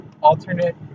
alternate